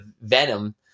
Venom